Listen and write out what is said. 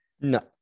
no